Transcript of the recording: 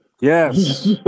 Yes